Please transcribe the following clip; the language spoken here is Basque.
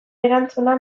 erantzuna